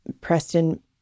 Preston